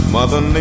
Mother